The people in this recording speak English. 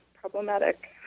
problematic